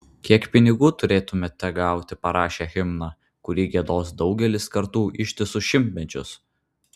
kiek pinigų turėtumėte gauti parašę himną kurį giedos daugelis kartų ištisus šimtmečius